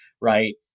right